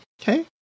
okay